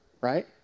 right